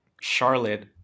Charlotte